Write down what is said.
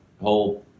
whole